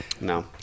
no